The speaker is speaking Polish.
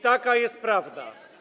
Taka jest prawda.